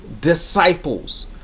disciples